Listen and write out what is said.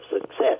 success